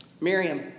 Miriam